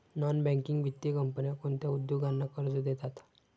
Non banking वित्तीय कंपन्या कोणत्या उद्योगांना कर्ज देतात?